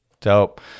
dope